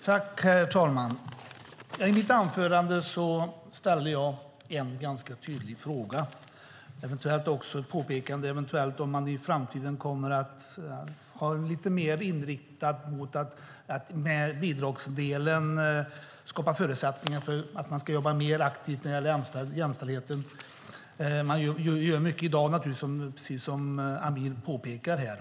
Herr talman! I mitt anförande ställde jag en ganska tydlig fråga - det var eventuellt också ett påpekande - om man i framtiden kommer att vara lite mer inriktad på att med bidragsdelen skapa förutsättningar för att jobba mer aktivt när det gäller jämställdheten. Man gör mycket i dag, naturligtvis, som Amir påpekar här.